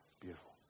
beautiful